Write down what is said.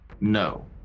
No